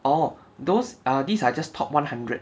orh those are these are just top one hundred